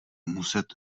muset